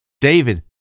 David